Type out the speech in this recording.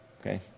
okay